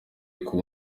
kuba